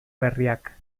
berriak